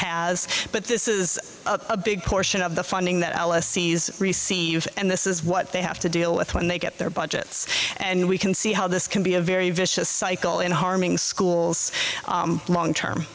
has but this is a big portion of the funding that alice sees receives and this is what they have to deal with when they get their budgets and we can see how this can be a very vicious in harming schools long term